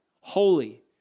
holy